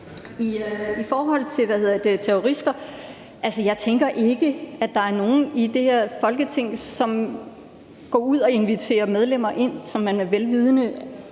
I forhold til terrorister, så tænker jeg ikke, at der er nogen i det her Folketing, som går ud og inviterer medlemmer ind, som man ved